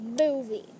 movie